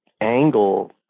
angle